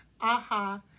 aha